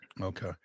Okay